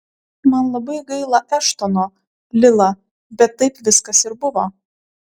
man labai gaila eštono lila bet taip viskas ir buvo